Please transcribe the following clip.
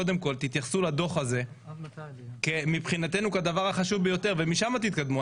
קודם כל תתייחסו לדוח הזה מבחינתי כדבר החשוב ביותר ומשם תתקדמו.